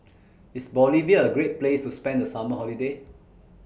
IS Bolivia A Great Place to spend The Summer Holiday